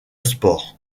sport